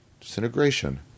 Disintegration